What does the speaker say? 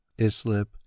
islip